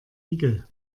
igel